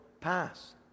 pass